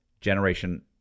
generation